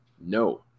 no